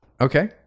Okay